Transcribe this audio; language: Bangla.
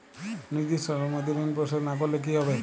নির্দিষ্ট সময়ে মধ্যে ঋণ পরিশোধ না করলে কি হবে?